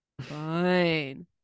fine